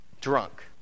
drunk